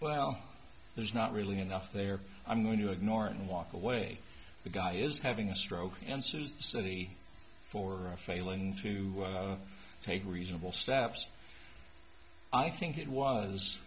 well there's not really enough there i'm going to ignore and walk away the guy is having a stroke and soused city for failing to take reasonable steps i think it was